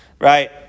right